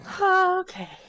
Okay